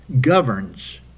governs